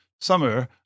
summer